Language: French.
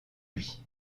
lui